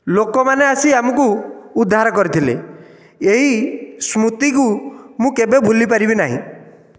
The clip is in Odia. ଲୋକମାନେ ଆସି ଆମକୁ ଉଦ୍ଧାର କରିଥିଲେ ଏହି ସ୍ମୃତିକୁ ମୁଁ କେବେ ଭୁଲିପାରିବି ନାହିଁ